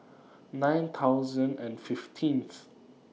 nine thousand and fifteenth